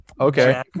Okay